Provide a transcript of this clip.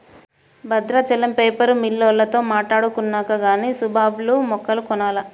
Bhadrachalam paper మిల్లోల్లతో మాట్టాడుకొన్నాక గానీ సుబాబుల్ మొక్కలు కొనాల